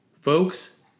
folks